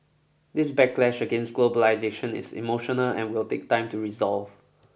this backlash against globalisation is emotional and will take time to resolve